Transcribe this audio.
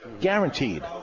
Guaranteed